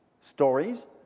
stories